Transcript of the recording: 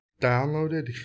downloaded